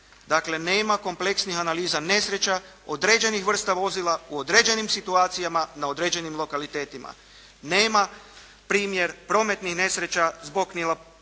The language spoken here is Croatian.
Dakle, nema kompleksnih analiza nesreća, određenih vrsta vozila u određenim situacijama na određenim lokalitetima. Nema primjer prometnih nesreća zbog neprilagođenih